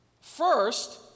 First